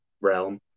realm